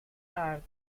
hart